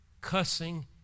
cussing